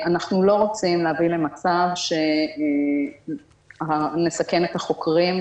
אנחנו לא רוצים להביא למצב שמסכן את החוקרים,